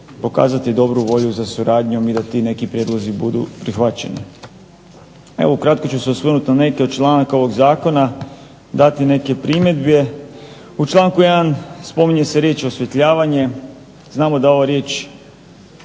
pokazati dobru volju za suradnju i da ti neki prijedlozi budu prihvaćeni. Evo ukratko ću se osvrnuti na neke od članaka ovog zakona, dati neke primjedbe. U članku 1. spominje se riječ osvjetljavanje. Znamo da ova riječ